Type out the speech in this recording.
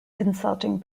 consulting